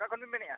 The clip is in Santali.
ᱚᱠᱟ ᱵᱤᱱ ᱢᱮᱱᱮᱜᱼᱟ